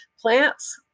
plants